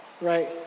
right